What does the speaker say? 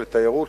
לתיירות,